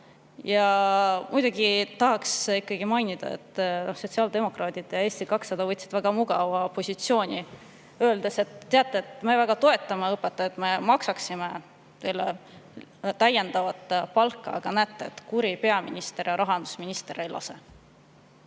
Muidugi, tahaks ikkagi mainida, sotsiaaldemokraadid ja Eesti 200 võtsid väga mugava positsiooni, öeldes, et teate, me väga toetame õpetajaid, maksaksime teile täiendavat palka, aga näete, kuri peaminister ja rahandusminister ei lase.